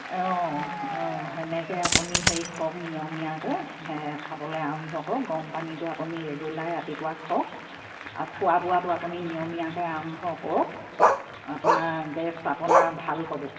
অঁ অঁ সেনেকে আপুনি হেৰি খওক নিয়মীয়াকে খাবলে আৰম্ভ কৰক গৰম পানীটো আপুনি ৰেগুলাৰ ৰাতিপুৱা হওক আৰু খোৱা বোৱাটো আপুনি নিয়মীয়াকে আৰম্ভ কৰক আপোনাৰ গেছ আপোনাৰ ভাল হ'ব